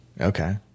Okay